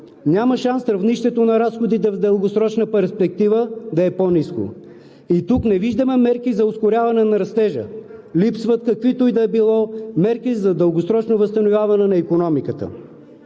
Няма шанс равнището на разходите в дългосрочна перспектива да е по-късно и тук не виждаме мерки за ускоряване на растежа. Липсват каквито и да било мерки за дългосрочно възстановяване на икономиката.